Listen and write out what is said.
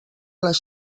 les